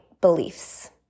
beliefs